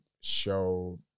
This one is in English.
show